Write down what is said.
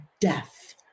death